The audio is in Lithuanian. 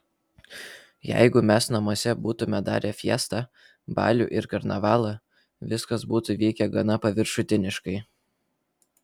jeigu mes namuose būtumėme darę fiestą balių ir karnavalą viskas būtų vykę gana paviršutiniškai